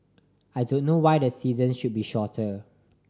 I don't know why the season should be shorter